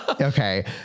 Okay